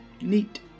Neat